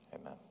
Amen